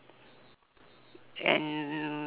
and